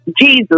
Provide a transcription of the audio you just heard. Jesus